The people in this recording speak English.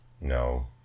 No